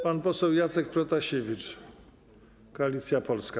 Pan poseł Jacek Protasiewicz, Koalicja Polska.